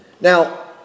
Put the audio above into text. Now